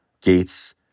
Gates